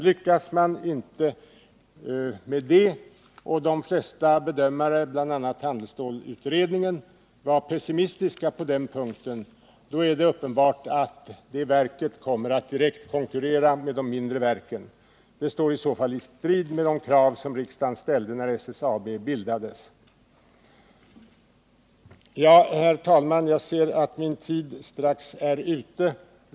Lyckas man inte med detta — och de flesta bedömare, bl.a. handelsstålutredningen, är pessimistiska på den punkten — är det uppenbart att verket kommer att direkt konkurrera med de mindre verken. Det står i så fall i strid med de krav som riksdagen ställde när SSAB bildades. Herr talman! Jag ser att min tid strax är ute.